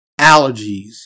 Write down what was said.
allergies